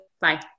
Bye